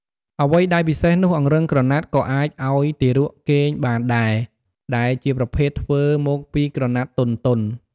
អ្វីដែលពិសេសនោះអង្រឹងក្រណាត់ក៏អាចអោយទារកគេងបានដែរ ដែលជាប្រភេទធ្វើមកពីក្រណាត់ទន់ៗ ។